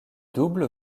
double